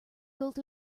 built